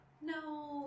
No